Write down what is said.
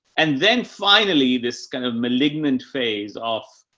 and then finally, this kind of malignant phase of,